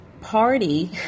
party